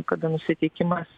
kada nusiteikimas